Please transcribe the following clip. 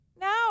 No